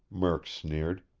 murk sneered.